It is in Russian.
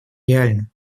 реальна